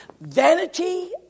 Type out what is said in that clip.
Vanity